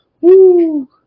Woo